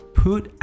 put